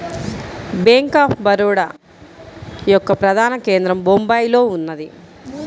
bank of Baroda యొక్క ప్రధాన కేంద్రం బొంబాయిలో ఉన్నది